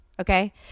Okay